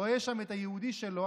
רואה שם את היהודי שלו,